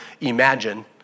imagine